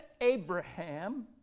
Abraham